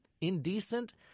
Indecent